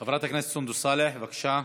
חברת הכנסת סונדוס סאלח, בבקשה.